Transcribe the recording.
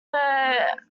were